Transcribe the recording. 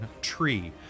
tree